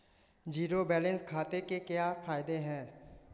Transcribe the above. Zero balance खाते के क्या फायदे हैं?